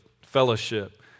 fellowship